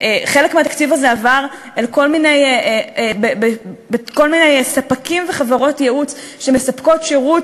חלק מהתקציב הזה עבר לכל מיני ספקים וחברות ייעוץ שמספקים ייעוץ